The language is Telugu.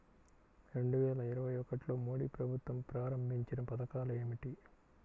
రెండు వేల ఇరవై ఒకటిలో మోడీ ప్రభుత్వం ప్రారంభించిన పథకాలు ఏమిటీ?